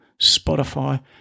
Spotify